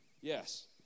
Yes